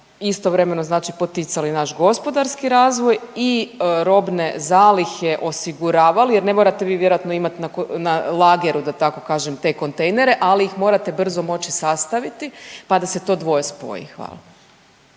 istovremeno znači poticali naš gospodarski razvoj i robne zalihe osiguravali jer ne morate vi vjerojatno imati na lageru da tako kažem te kontejnere, ali ih morate brzo moći sastaviti pa da se to dvoje spoji. Hvala.